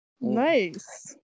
Nice